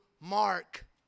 Mark